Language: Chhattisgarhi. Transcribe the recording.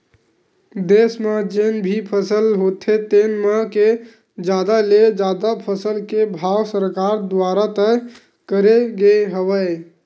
देस म जेन भी फसल होथे तेन म के जादा ले जादा फसल के भाव सरकार दुवारा तय करे गे हवय